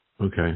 Okay